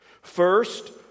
First